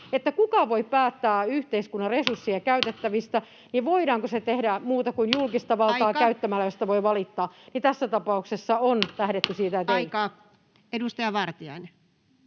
kuka voi päättää yhteiskunnan resurssien käyttämisestä, Puhemies koputtaa] voidaanko se tehdä muuta kuin julkista valtaa käyttämällä, [Puhemies: Aika!] mistä voi valittaa — tässä tapauksessa on lähdetty siitä, että ei. Edustaja Vartiainen.